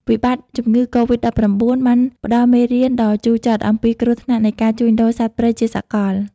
វិបត្តិជំងឺកូវីដ-១៩ បានផ្តល់មេរៀនដ៏ជូរចត់អំពីគ្រោះថ្នាក់នៃការជួញដូរសត្វព្រៃជាសកល។